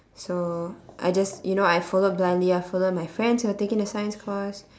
so I just you know I followed blindly I followed my friends who are taking the science course